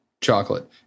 chocolate